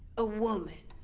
a woman?